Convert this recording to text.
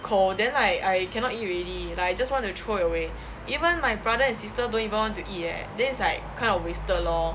口 then like I cannot eat already like I just want to throw it away even my brother and sister don't even want to eat leh then it's like kind of wasted lor